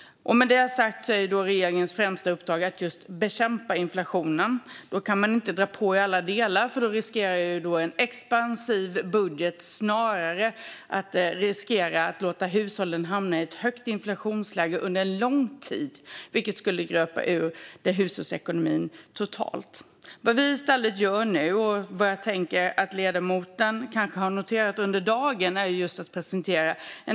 Därmed är regeringens främsta uppdrag att bekämpa inflationen. Då kan man inte "dra på" i alla delar. Med en expansiv budget riskerar vi snarare att låta hushållen hamna i ett högt inflationsläge för lång tid framåt, vilket skulle gröpa ur hushållsekonomin totalt. Vad vi i stället gör nu är att presentera en extra satsning till just de särskilt utsatta barnfamiljerna.